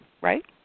Right